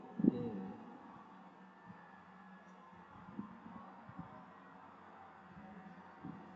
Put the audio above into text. mm